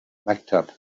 maktub